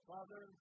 Father